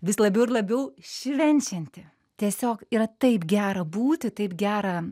vis labiau ir labiau švenčianti tiesiog yra taip gera būti taip gera